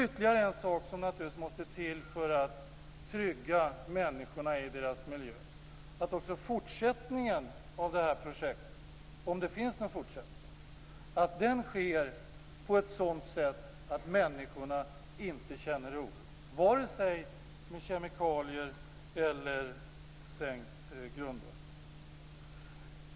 Ytterligare en sak som naturligtvis måste till för att trygga människorna i deras miljö är att också fortsättningen av detta projekt - om det finns någon fortsättning - sker på ett sådant sätt att människorna inte känner oro, vare sig det gäller kemikalier eller sänkt grundvatten.